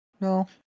No